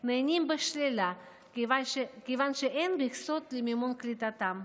נענים בשלילה כיוון שאין מכסות למימון קליטתם.